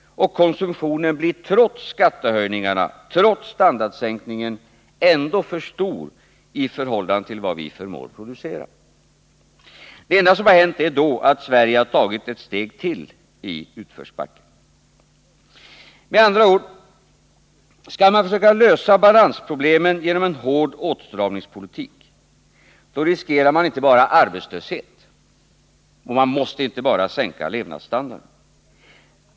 Och konsumtionen blir trots skattehöjningarna, trots standardsänkningen, ändå för stor i förhållande till vad vi förmår producera. Det enda som hänt är då att Sverige har tagit ett steg till i utförsbacken. Med andra ord — om man försöker lösa våra balansproblem genom en hård åtstramningspolitik riskerar man inte bara att den leder till arbetslöshet och sänkt levnadsstandard.